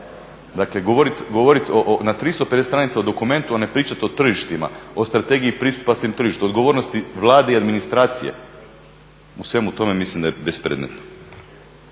Dakle, govorit na 350 stranica o dokumentu a ne pričat o tržištima, o strategiji pristupa tom tržištu, odgovornosti Vlade i administracije u svemu tome mislim da je bespredmetno.